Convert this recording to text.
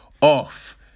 off